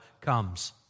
comes